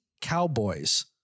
cowboys